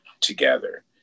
together